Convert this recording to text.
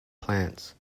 plants